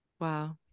Wow